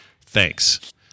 Thanks